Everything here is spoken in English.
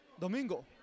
Domingo